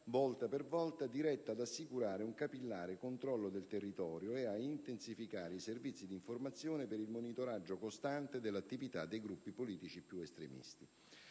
volta per volta diretta ad assicurare un capillare controllo del territorio e ad intensificare i servizi di informazione per il monitoraggio costante dell'attività dei gruppi politici più estremisti.